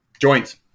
Joints